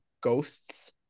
ghosts